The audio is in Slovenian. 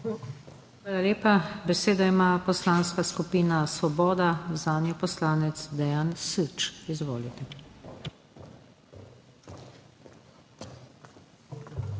Hvala lepa. Besedo ima Poslanska skupina Svoboda, zanjo poslanec Dejan Süč. Izvolite. DEJAN SÜČ